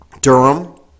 Durham